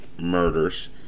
murders